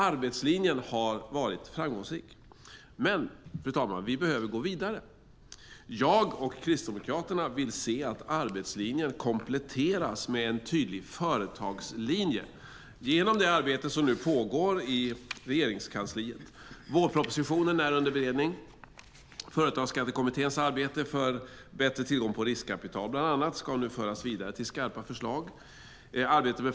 Arbetslinjen har varit framgångsrik. Vi behöver dock gå vidare. Jag och Kristdemokraterna vill se att arbetslinjen kompletteras med en tydlig företagslinje genom det arbete som nu pågår i Regeringskansliet. Vårpropositionen är under beredning. Företagsskattekommitténs arbete för bättre tillgång till riskkapital, bland annat, ska nu föras vidare till skarpa förslag.